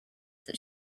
that